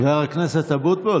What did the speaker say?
חבר הכנסת אבוטבול,